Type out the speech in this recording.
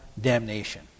damnation